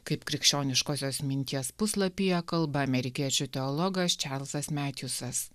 kaip krikščioniškosios minties puslapyje kalba amerikiečių teologas čarlzas metjusas